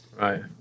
Right